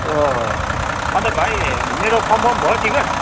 अँ अनि त भाइ मेरो कमफर्म भयो टिकट